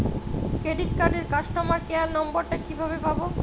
Credit কার্ডের customer care number টা কিভাবে পাবো?